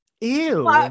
Ew